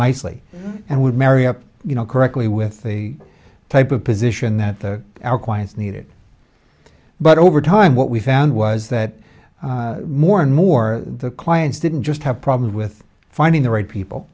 nicely and would marry up you know correctly with the type of position that our clients need it but over time what we found was that more and more the clients didn't just have problems with finding the right people